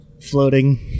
Floating